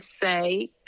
say